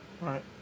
Right